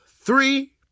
three